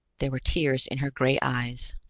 there were tears in her gray eyes.